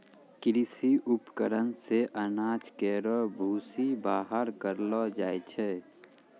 कृषि उपकरण से अनाज केरो भूसी बाहर करलो जाय छै